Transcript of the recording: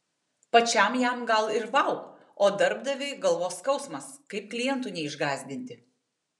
pačiam jam gal ir vau o darbdaviui galvos skausmas kaip klientų neišgąsdinti